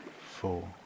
four